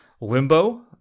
Limbo